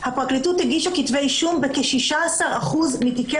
הפרקליטות הגישה כתבי אישום בכ-16% מתיקי